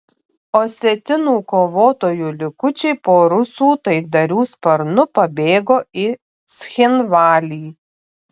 osetinų kovotojų likučiai po rusų taikdarių sparnu pabėgo į cchinvalį